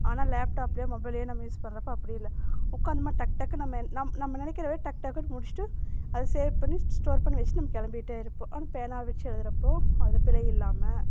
ஆனால் லேப்டாப்லேயோ மொபைலையோ நம்ம யூஸ் பண்ணுறப்ப அப்படி இல்லை உக்காந்தம்மா டக் டக்குனு நம்ம நாம் நம்ம நினைக்கிறப டக் டக்குனு முடிச்சிட்டு அதை சேவ் பண்ணி ஸ்டோர் பண்ணி வச்சுட்டு நம்ம கிளம்பிட்டே இருப்போம் ஆனால் பேனா வச்சு எழுதுகிற அப்போது அது பிழை இல்லாமல்